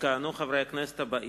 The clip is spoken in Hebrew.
יכהנו חברי הכנסת האלה: